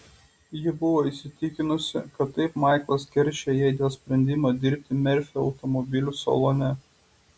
ji buvo įsitikinusi kad taip maiklas keršija jai dėl sprendimo dirbti merfio automobilių salone